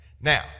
Now